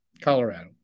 Colorado